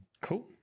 cool